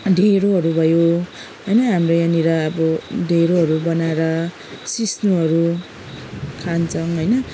ढिँडोहरू भयो होइन हामीले यहाँनिर अब ढिँडोहरू बनाएर सिस्नुहरू खान्छौँ हौइन